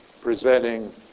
presenting